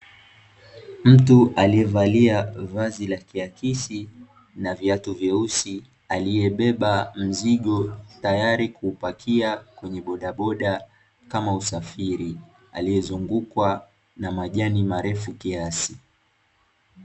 Mtu aliyevalia vazi la kiakisi na viatu vyeusi aliyebeba mzigo tayari kuupakia kwenye bodaboda kama usafiri aliyezungukwa na majani marefu kiasi.